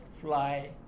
fly